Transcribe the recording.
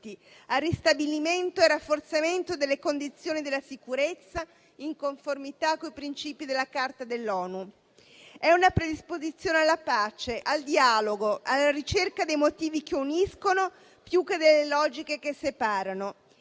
al ristabilimento e al rafforzamento delle condizioni della sicurezza, in conformità con i principi della Carta dell'ONU. È una predisposizione alla pace, al dialogo e alla ricerca dei motivi che uniscono più che delle logiche che separano